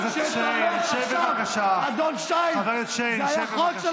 אדוני היו"ר, אתה צריך לעשות סדר.